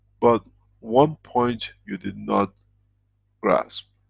but one point you did not grasp,